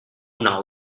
ông